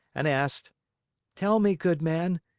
and asked tell me, good man,